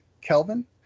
Kelvin